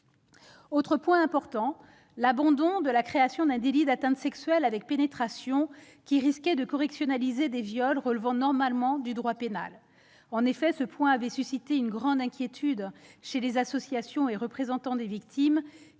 Autre point important : l'abandon de la création d'un délit d'atteinte sexuelle avec pénétration qui risquait de favoriser la correctionnalisation des viols relevant normalement de la cour d'assises. En effet, ce point avait suscité une grande inquiétude chez les associations et les représentants des victimes,